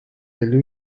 elli